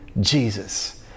Jesus